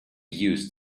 used